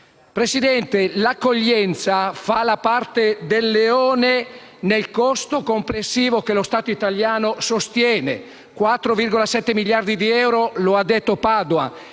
Presidente, l'accoglienza fa la parte del leone nel costo complessivo che lo Stato italiano sostiene: si tratta di 4,7 miliardi di euro, come ha detto il